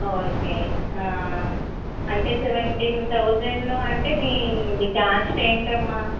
okay అంటే seventeen thousand అంటే మీ క్యాస్ట్ ఏంటమ్మా